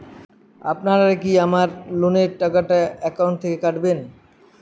আপনারা কি আমার এই লোনের টাকাটা একাউন্ট থেকে কাটবেন?